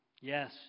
Yes